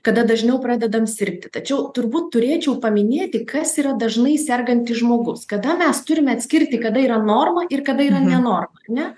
kada dažniau pradedam sirgti tačiau turbūt turėčiau paminėti kas yra dažnai sergantis žmogus kada mes turime atskirti kada yra norma ir kada yra nenoroma ar ne